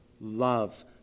love